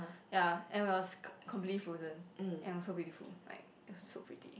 ya and it was completely frozen and was so beautiful like so pretty